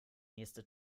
nächste